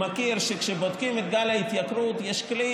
מכיר שכשבודקים את גל ההתייקרות יש כלי